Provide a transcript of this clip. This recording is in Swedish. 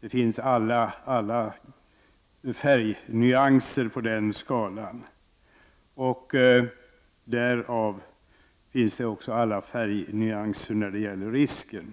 Det finns alla färgnyanser på den skalan. Därför finns det även alla färgnyanser när det gäller risker.